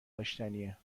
داشتنیه